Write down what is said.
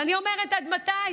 ואני אומרת: עד מתי?